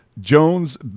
Jones